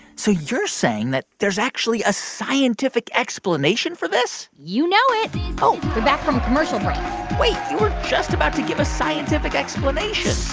so you're saying that there's actually a scientific explanation for this? you know it oh, we're back from commercial break wait. you were just about to give a scientific explanation